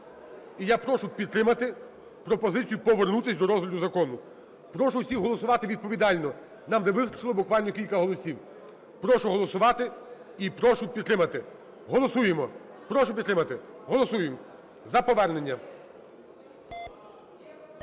І я прошу підтримати пропозицію повернутись до розгляду закону. Прошу всіх голосувати відповідально, нам не вистачило буквально кілька голосів. Прошу голосувати і прошу підтримати. Голосуємо. Прошу підтримати. Голосуємо за повернення.